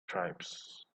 tribes